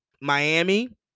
Miami